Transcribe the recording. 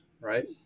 Right